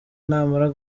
namara